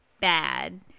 bad